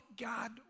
God